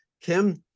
Kim